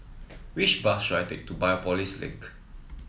which bus should I take to Biopolis Link